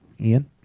Ian